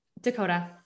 Dakota